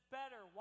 better